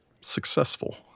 successful